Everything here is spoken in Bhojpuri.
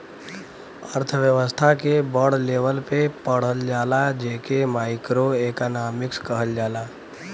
अर्थव्यस्था के बड़ लेवल पे पढ़ल जाला जे के माइक्रो एक्नामिक्स कहल जाला